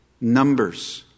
Numbers